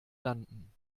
landen